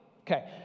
Okay